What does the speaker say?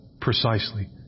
precisely